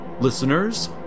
listeners